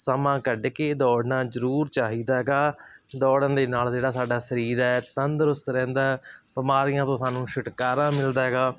ਸਮਾਂ ਕੱਢ ਕੇ ਦੌੜਨਾ ਜ਼ਰੂਰ ਚਾਹੀਦਾ ਹੈਗਾ ਦੌੜਨ ਦੇ ਨਾਲ ਜਿਹੜਾ ਸਾਡਾ ਸਰੀਰ ਹੈ ਤੰਦਰੁਸਤ ਰਹਿੰਦਾ ਬਿਮਾਰੀਆਂ ਤੋਂ ਸਾਨੂੰ ਛੁਟਕਾਰਾ ਮਿਲਦਾ ਹੈਗਾ